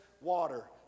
water